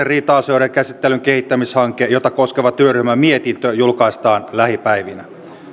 riita asioiden käsittelyn kehittämishanke jota koskeva työryhmän mietintö julkaistaan lähipäivinä